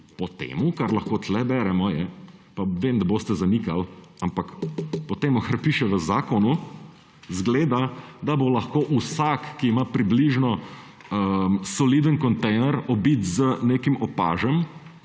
Po tem, kar lahko tukaj beremo, pa vem, da boste zanikali, ampak po tem, kar piše v zakonu, izgleda, da bo lahko vsak, ki ima približno soliden kontejner, obit z nekim opažem,